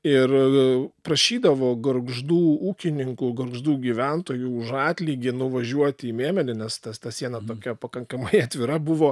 ir prašydavo gargždų ūkininkų gargždų gyventojų už atlygį nuvažiuoti į mėmelį nes ta siena tokia pakankamai atvira buvo